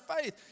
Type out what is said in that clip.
faith